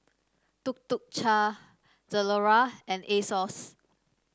Tuk Tuk Cha Zalora and Asos